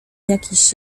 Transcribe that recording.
jakiś